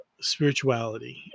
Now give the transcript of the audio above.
spirituality